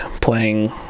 playing